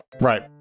Right